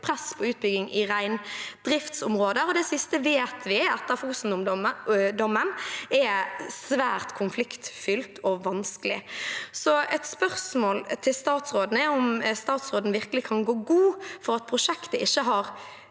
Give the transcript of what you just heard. press på utbygging i reindriftsområder. Det siste vet vi etter Fosen-dommen at er svært konfliktfylt og vanskelig. Et spørsmål til statsråden er om han virkelig kan gå god for at prosjektet ikke har